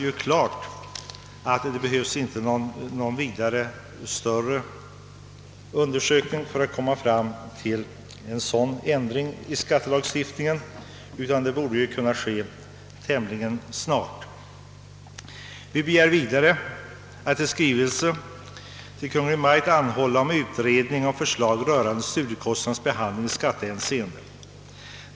Det behövs inte någon större undersökning för att komma fram till en sådan ändring i skattelagstiftningen. Vidare begäres i reservationen att riksdagen i skrivelse till Kungl. Maj:t anhåller om utredning och förslag angående studiekostnaders behandling i skattehänseende.